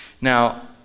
now